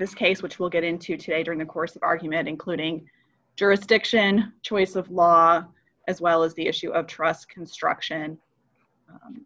this case which we'll get into today during the course argument including jurisdiction choice of law as well as the issue of trust construction and